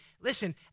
Listen